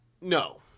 no